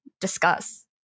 discuss